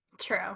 True